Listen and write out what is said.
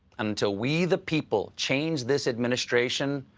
until we, the people, change this administration,